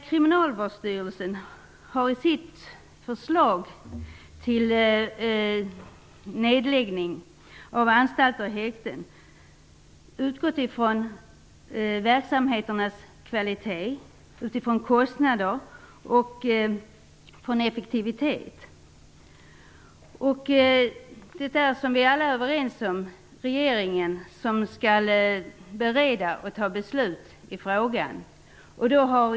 Kriminalvårdsstyrelsen har i sitt förslag till nedläggning av anstalter och häkten utgått från verksamheternas kvalitet, kostnader och effektivitet. Som vi alla är överens om är det regeringen som skall bereda och fatta beslut i frågan.